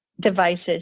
Devices